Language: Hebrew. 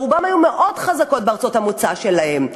רובן היו אוכלוסיות מאוד חזקות בארצות המוצא שלהן.